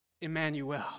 Emmanuel